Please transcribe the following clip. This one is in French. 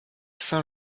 saint